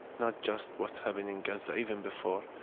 not just what's happened in gaza, even before,